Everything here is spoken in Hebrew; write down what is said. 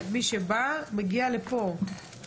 מי שבא, מגיע לפה.